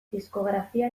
diskografia